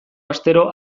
astero